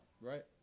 Right